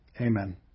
Amen